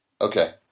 Okay